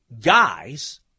guys